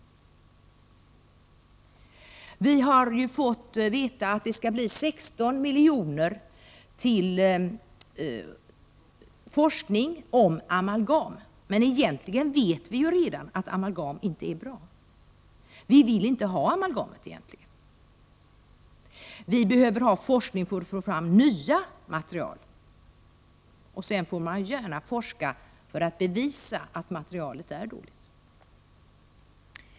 Det redovisas att 16 milj.kr. skall anslås till forskning om amalgam, men egentligen vet vi ju redan att amalgam inte är bra. Vi vill egentligen inte ha amalgam. Vi behöver ha forskning för att få fram nya material, och därutöver får man gärna forska för att bevisa att amalgamet är dåligt.